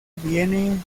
viene